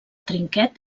trinquet